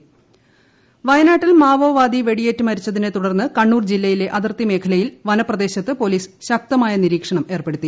Kannur Maoist വയനാട്ടിൽ മാവോവാദി വെടിയേറ്റു മരിച്ചതിനെ തുടർന്ന് കണ്ണൂർ ജില്ലയിലെ അതിർത്തി മേഖലയിൽ വനപ്രദേശത്ത് പോലീസ് ശക്തമായ നിരീക്ഷണം ഏർപ്പെടുത്തി